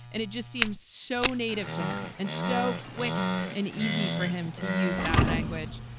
and it just seems so native to him and so quick and easy for him to use that language.